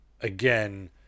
again